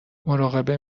مراقب